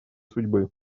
судьбы